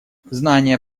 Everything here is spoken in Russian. знания